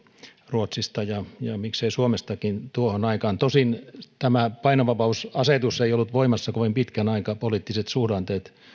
ruotsista ja miksei suomestakin tuohon aikaan tosin tämä painovapausasetus ei ollut voimassa kovin pitkän aikaa poliittiset suhdanteet